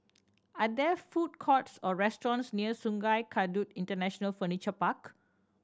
are there food courts or restaurants near Sungei Kadut International Furniture Park